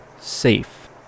safe